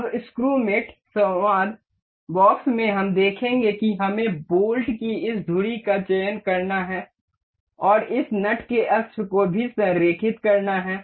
अब screw mate संवाद box में हम देखेंगे कि हमें बोल्ट की इस धुरी का चयन करना है और इस नट के अक्ष को भी संरेखित करना है